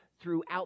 throughout